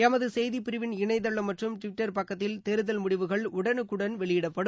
எமது செய்தி பிரிவின் இணையதளம் மற்றும் டிவிட்டர் பக்கத்தில் தேர்தல் முடிவுகள் உடனுக்குடன் வெளியிடப்படும்